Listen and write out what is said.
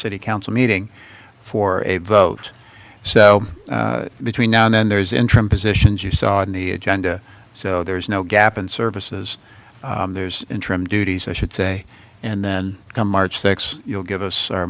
city council meeting for a vote so between now and then there's interim positions you saw in the agenda so there's no gap and services there's interim duties i should say and then come march six you'll give us our